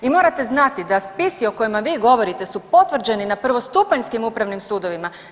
I morate znati da spisi o kojima vi govorite su potvrđeni na prvostupanjskim Upravnim sudovima.